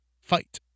fight